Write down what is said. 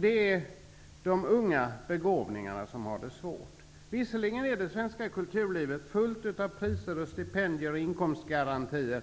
Det är de unga begåvningarna som har det svårt. Visserligen är det svenska kulturlivet fullt av priser, stipendier och inkomstgarantier.